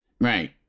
Right